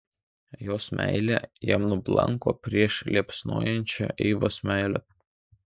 jos meilė jam nublanko prieš liepsnojančią eivos meilę